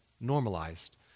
normalized